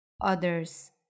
others